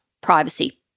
privacy